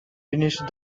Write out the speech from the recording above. finished